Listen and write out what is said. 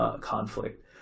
conflict